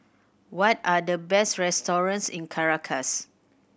what are the best restaurants in Caracas